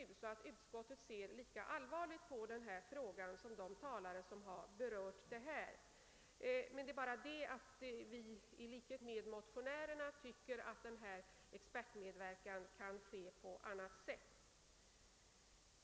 Utskottet ser alltså lika allvarligt på denna fråga som de talare som här har berört den. I likhet med motionärerna tycker vi dock inom utskottet att expertmedverkan kan ordnas på annat sätt.